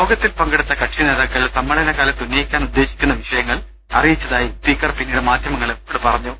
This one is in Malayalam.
യോഗത്തിൽ പങ്കെടുത്ത കക്ഷിനേതാക്കൾ സമ്മേളന കാലത്ത് ഉന്നയിക്കാൻ ഉദ്ദേശിക്കുന്ന വിഷയങ്ങൾ യോഗ ത്തിൽ അറിയിച്ചതായി സ്പീക്കർ പിന്നീട് മാധ്യമങ്ങളെ അറി യിച്ചു